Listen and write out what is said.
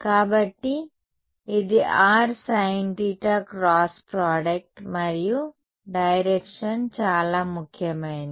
కాబట్టి ఇది rsin θ cross product మరియు డైరెక్షన్ చాలా ముఖ్యమైనది